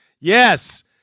Yes